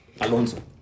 Alonso